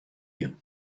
you